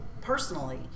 personally